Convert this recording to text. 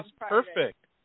perfect